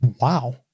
Wow